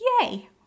Yay